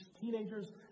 teenagers